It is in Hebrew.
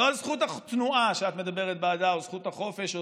לא על זכות התנועה שאת מדברת בעדה או זכות החופש.